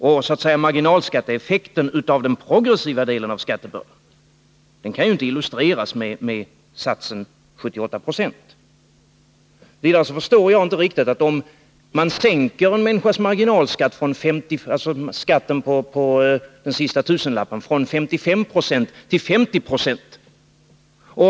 Och marginalskatteeffekten på den progressiva delen av skattebördan kan inte illustreras med satsen 178 Po. Jag vill exemplifiera bristerna i marginalskatteresonemanget med ett exempel där en människas marginalskatt — alltså skatten på den sista tusenlappen — sänks från 55 till 50 26.